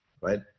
right